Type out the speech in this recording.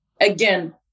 Again